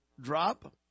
drop